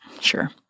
Sure